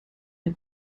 the